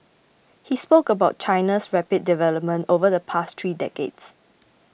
he spoke about China's rapid development over the past three decades